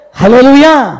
hallelujah